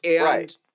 Right